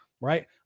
right